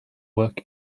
work